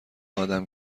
آدم